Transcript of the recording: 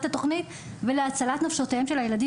התוכנית ולהצלת נפשותיהם של הילדים.